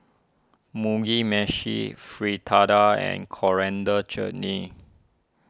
Mugi Meshi Fritada and Coriander Chutney